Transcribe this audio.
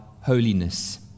holiness